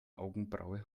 augenbraue